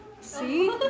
See